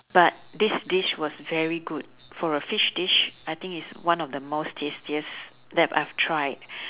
but this dish was very good for a fish dish I think it's one of the most tastiest that I've tried